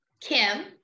Kim